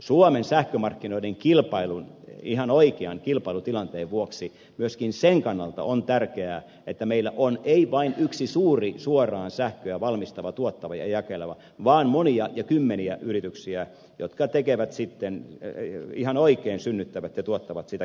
suomen sähkömarkkinoiden kilpailun ihan oikean kilpailutilanteen vuoksi on myöskin tärkeää että meillä on ei vain yksi suuri suoraan sähköä valmistava tuottava ja jakeleva vaan monia ja kymmeniä yrityksiä jotka tekevät sitten ihan oikein synnyttävät ja tuottavat sitä kilpailua